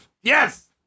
Yes